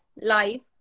life